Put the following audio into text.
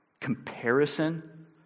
comparison